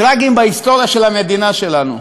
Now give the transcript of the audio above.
טרגיים, בהיסטוריה של המדינה שלנו.